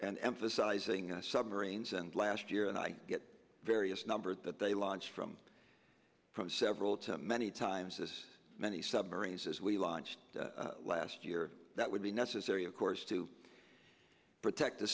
and emphasizing submarines and last year and i get various numbers that they launch from from several to many times as many submarines as we launched last year that would be necessary of course to protect t